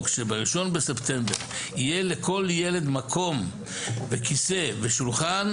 שב-1 בספטמבר יהיה לכל ילד מקום וכיסא ושולחן,